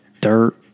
dirt